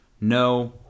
No